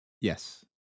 Yes